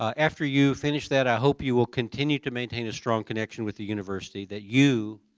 after you finish that, i hope you will continue to maintain a strong connection with the university that you,